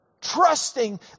Trusting